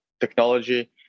technology